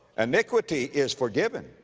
iniquity is forgiven,